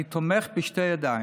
אני תומך בשתי ידיים.